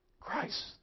Christ